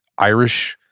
irish,